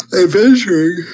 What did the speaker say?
adventuring